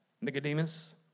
Nicodemus